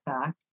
fact